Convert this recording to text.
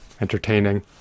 entertaining